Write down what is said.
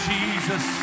Jesus